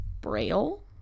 Braille